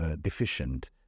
deficient